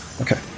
Okay